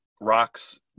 rocks